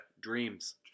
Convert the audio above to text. Dreams